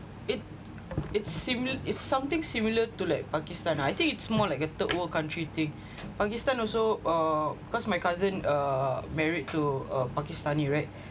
it it's similar it's something similar to like pakistan I think it's more like a third world country thing pakistan also uh because my cousin uh married to uh pakistani right